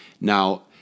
Now